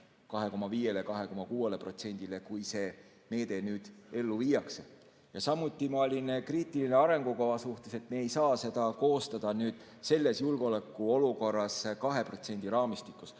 2,5–2,6%‑le, kui see meede ellu viiakse. Samuti olin ma kriitiline arengukava suhtes, et me ei saa seda koostada selles julgeolekuolukorras 2% raamistikus,